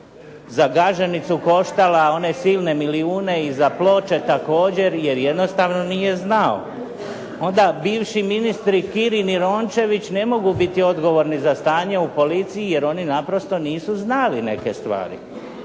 za Gaženicu koštala one silne milijune i za Ploče također jer jednostavno nije znao. Onda bivši ministri Kirin i Rončević ne mogu biti odgovorni za stanje u policiji jer oni naprosto nisu znali neke stvari.